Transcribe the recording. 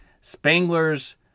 Spangler's